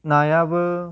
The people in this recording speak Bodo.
नायाबो